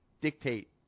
dictate